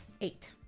Eight